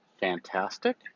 fantastic